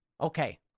okay